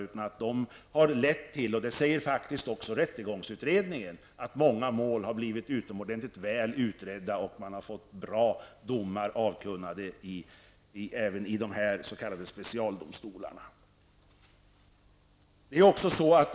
Specialdomstolarna har i stället -- det framhåller också rättegångsutredningen -- lett till att många mål har blivit utomordentligt väl utredda och att det har kunnat avkunnas bra domar.